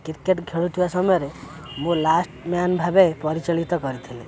cricket ଖେଳୁଥିବା ସମୟରେ ମୁଁ ଲାଷ୍ଟ୍ ମ୍ୟାନ୍ ଭାବେ ପରିଚଳିତ କରିଥିଲି